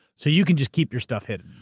so you can just keep your stuff hidden.